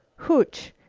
hooch.